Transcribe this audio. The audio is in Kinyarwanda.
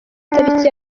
itariki